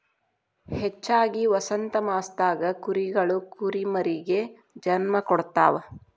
ಹೆಚ್ಚಾಗಿ ವಸಂತಮಾಸದಾಗ ಕುರಿಗಳು ಕುರಿಮರಿಗೆ ಜನ್ಮ ಕೊಡ್ತಾವ